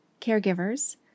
caregivers